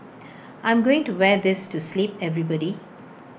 I'm going to wear this to sleep everybody